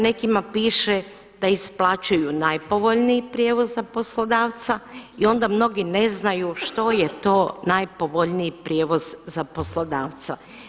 Nekima piše da isplaćuju najpovoljniji prijevoz za poslodavca i onda mnogi ne znaju što je to najpovoljniji prijevoz za poslodavca.